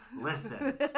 listen